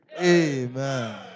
Amen